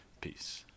Peace